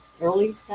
early